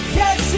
yes